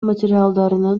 материалдарын